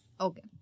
Okay